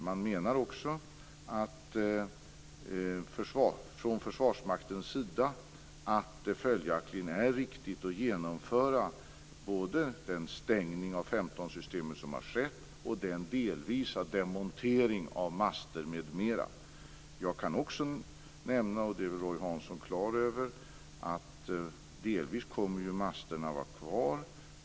Man menar också från Försvarsmaktens sida att det följaktligen är riktigt att genomföra både den stängning av 15-systemet som har skett och den delvisa demonteringen av master m.m. Jag kan också nämna, vilket Roy Hansson är klar över, att masterna delvis kommer att vara kvar.